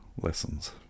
lessons